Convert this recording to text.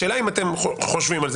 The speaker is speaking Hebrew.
השאלה היא אם אתם חושבים על זה,